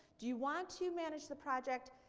do you want to manage the project,